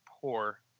poor